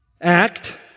act